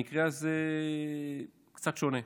המקרה הזה קצת שונה,